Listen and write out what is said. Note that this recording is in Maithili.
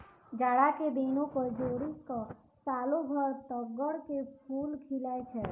जाड़ा के दिनों क छोड़ी क सालों भर तग्गड़ के फूल खिलै छै